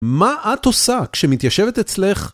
מה את עושה כשמתיישבת אצלך